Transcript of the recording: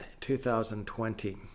2020